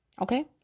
okay